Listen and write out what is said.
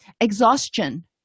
Exhaustion